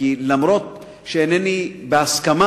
כי אף-על-פי שאינני מסכים